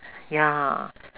ya